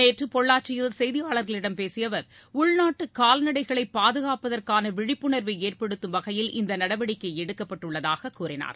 நேற்று பொள்ளாச்சியில் செய்தியாளர்களிடம் பேசிய அவர் உள்நாட்டு கால்நடைகளை பாதகாப்பதற்கான விழிப்புணர்வை ஏற்படுத்தும் வகையில் இந்த நடவடிக்கை எடுக்கப்பட்டுள்ளதாக கூறினார்